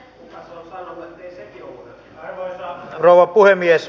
arvoisa rouva puhemies